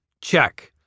Check